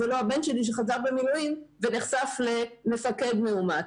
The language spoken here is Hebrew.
ולא הבן שלי שחזר ממילואים ונחשף למפקד מאומת.